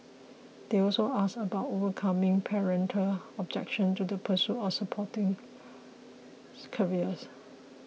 they also asked about overcoming parental objection to the pursuit of sporting careers